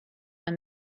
and